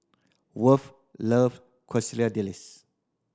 Worth love Quesadillas